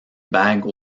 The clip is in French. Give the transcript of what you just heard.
bague